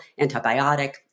antibiotic